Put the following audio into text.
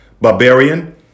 barbarian